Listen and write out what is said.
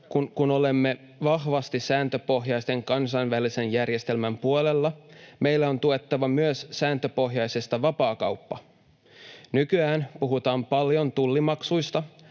kuin olemme vahvasti sääntöpohjaisen kansainvälisen järjestelmän puolella, meidän on tuettava myös sääntöpohjaista vapaakauppaa. Nykyään puhutaan paljon tullimaksuista,